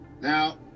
now